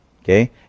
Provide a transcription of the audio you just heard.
Okay